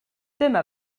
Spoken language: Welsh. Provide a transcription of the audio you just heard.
dyma